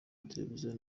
mateleviziyo